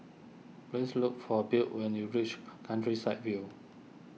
please look for Beau when you reach Countryside View